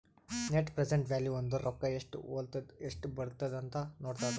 net present value ಅಂದುರ್ ರೊಕ್ಕಾ ಎಸ್ಟ್ ಹೊಲತ್ತುದ ಎಸ್ಟ್ ಬರ್ಲತ್ತದ ಅಂತ್ ನೋಡದ್ದ